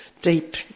deep